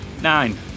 Nine